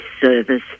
service